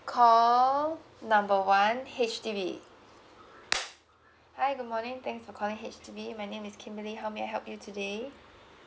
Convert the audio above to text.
call number one H_D_B hi good morning thanks for calling H_D_B my name is kimberly how may I help you today